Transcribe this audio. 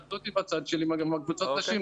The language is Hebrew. התאחדות עם הצד של קבוצות נשים.